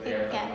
ika